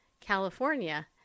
California